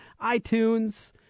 iTunes